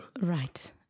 right